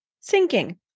sinking